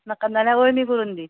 म्हाका नाल्यार अळमी करून दी